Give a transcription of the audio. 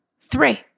Three